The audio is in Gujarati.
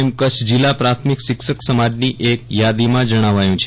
એમ કચ્છ જિલ્લા પ્રાથમિક શિક્ષક સમાજની એક યાદીમાં જણાવાયું છે